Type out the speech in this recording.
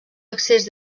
accés